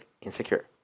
insecure